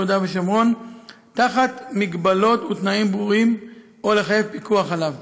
יהודה ושומרון תחת מגבלות ותנאים ברורים או לחייב פיקוח עליו.